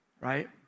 right